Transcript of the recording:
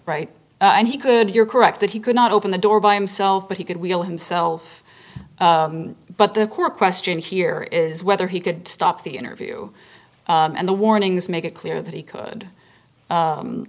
right and he could you're correct that he could not open the door by himself but he could wheel himself but the core question here is whether he could stop the interview and the warnings make it clear